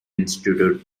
institute